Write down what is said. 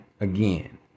Again